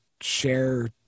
share